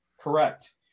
correct